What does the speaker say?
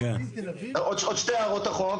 עוד שתי הערות אחרונות.